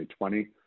2020